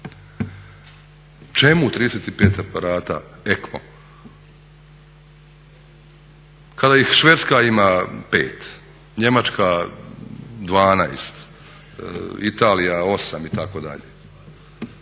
Čemu 35 aparata ECMO kada ih Švedska ima 5, Njemačka 12, Italija 8 itd.